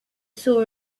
saw